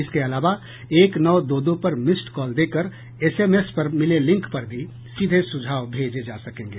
इसके अलावा एक नौ दो दो पर मिस्ड कॉल देकर एसएमएस पर मिले लिंक पर भी सीधे सुझाव भेजे जा सकेंगे